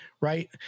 right